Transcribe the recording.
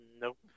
Nope